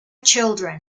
children